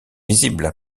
visible